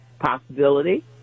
possibility